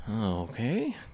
Okay